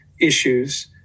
issues